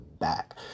back